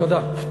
תודה.